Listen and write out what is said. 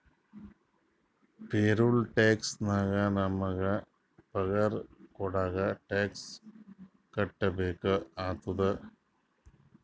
payroll tax ನಾಗ್ ನಮುಗ ಪಗಾರ ಕೊಡಾಗ್ ಟ್ಯಾಕ್ಸ್ ಕಟ್ಬೇಕ ಆತ್ತುದ